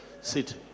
sit